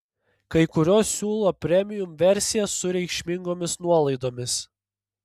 kai kurios siūlo premium versijas su reikšmingomis nuolaidomis